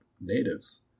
natives